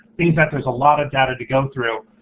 things that there's a lot of data to go through,